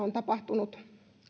on tapahtunut